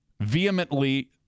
vehemently